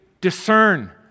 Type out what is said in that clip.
discern